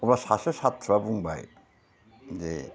अब्ला सासे सात्र'आ बुंबाय जे